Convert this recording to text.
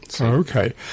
Okay